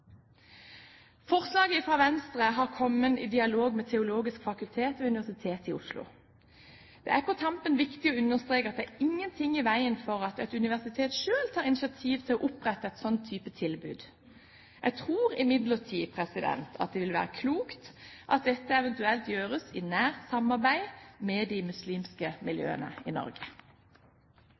Forslaget fra Venstre har kommet i samband med dialog med Det teologiske fakultet ved Universitetet i Oslo. Det er på tampen viktig å understreke at det er ingenting i veien for at et universitet selv tar initiativ til å opprette et slikt tilbud. Jeg tror imidlertid det vil være klokt at dette eventuelt gjøres i nært samarbeid med de muslimske miljøene i Norge.